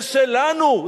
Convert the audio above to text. זה שלנו,